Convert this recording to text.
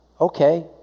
Okay